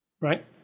right